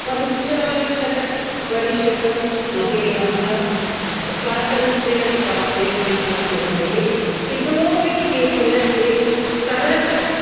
पञ्चाशतं प्रतिशतं महिलाः स्वातन्त्र्यं प्राप्य जीवनं कुर्वन्ति इतोऽपि केचन एषां स्तरः